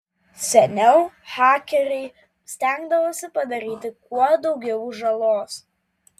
seniau hakeriai stengdavosi padaryti kuo daugiau žalos